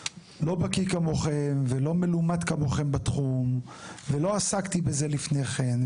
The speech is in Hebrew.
בקיא כמוכם ולא מלומד כמוכם בתחום ולא עסקתי בזה לפני כן.